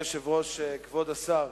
אדוני היושב-ראש, כבוד השר,